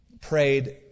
prayed